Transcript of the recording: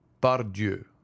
pardieu